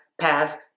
pass